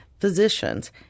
physicians